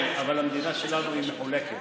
אבל המדינה שלנו מחולקת: